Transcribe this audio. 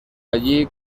allí